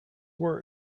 were